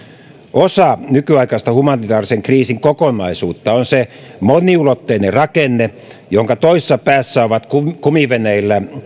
osa nykyaikaista humanitaarisen kriisin kokonaisuutta on se moniulotteinen rakenne jonka toisessa päässä ovat kumiveneillä